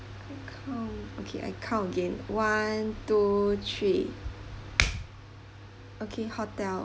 I count okay I count again one two three okay hotel